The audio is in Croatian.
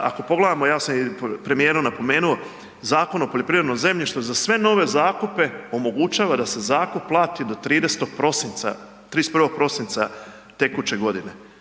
ako pogledamo, ja sam i premijeru napomenuo Zakon o poljoprivrednom zemljištu za sve nove zakupe omogućava da se zakup plati do 30. prosinca, 31. prosinca